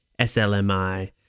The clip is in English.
SLMI